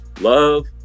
love